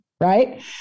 right